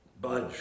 budge